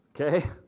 Okay